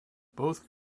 both